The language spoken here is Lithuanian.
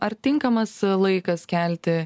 ar tinkamas laikas kelti